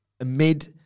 amid